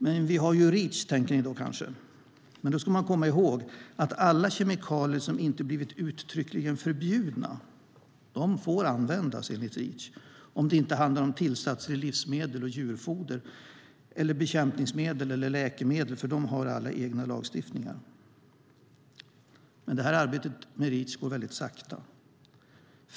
Men vi har ju Reach, tänker ni kanske. Men då ska man komma ihåg att alla kemikalier som inte blivit uttryckligen förbjudna får användas enligt Reach om det inte handlar om tillsatser i livsmedel och djurfoder eller rör sig om bekämpningsmedel och läkemedel, för de har alla egen lagstiftning. Arbetet med Reach går väldigt sakta.